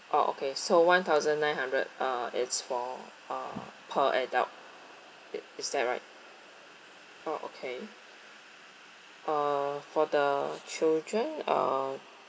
orh okay so one thousand nine hundred uh it's for uh per adult it is that right uh okay uh for the children uh